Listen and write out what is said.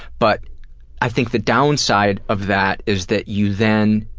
but i think the downside of that is that you then